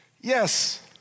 yes